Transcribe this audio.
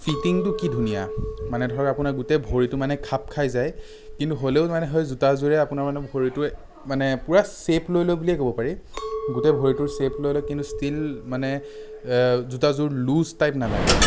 ফিটিংটো কি ধুনীয়া মানে ধৰ আপোনাৰ গোটেই ভৰিটো মানে খাপ খাই যায় কিন্তু হ'লেও মানে সেই জোতাযোৰে আপোনাৰ মানে ভৰিটোৱে মানে পুৰা চেপ লৈ লয় বুলিয়ে ক'ব পাৰি গোটেই ভৰিটোৰ চেপ লৈ লয় কিন্তু ষ্টিল মানে জোতাযোৰ লুজ টাইপ নালাগে